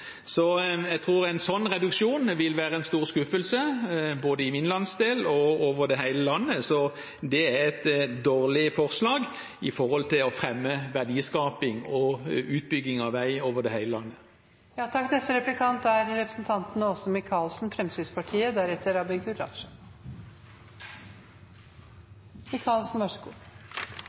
Jeg tror en sånn reduksjon vil være en stor skuffelse både i min landsdel og over hele landet. Så det er et dårlig forslag når det gjelder å fremme verdiskaping og utbygging av vei over hele landet.